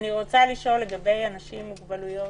אני רוצה לשאול לגבי אנשים עם מוגבלויות,